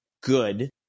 good